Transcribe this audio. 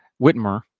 Whitmer